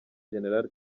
general